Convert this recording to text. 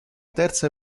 terza